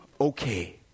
okay